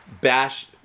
bash